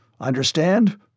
Understand